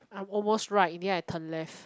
I'm almost right in the end I turn left